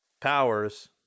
powers